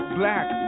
black